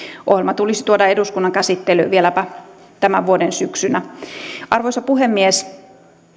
ohjelma tulisi tuoda eduskunnan käsittelyyn vieläpä tämän vuoden syksyllä arvoisa puhemies